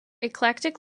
eclectic